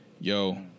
yo